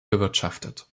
bewirtschaftet